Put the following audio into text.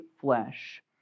flesh